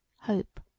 hope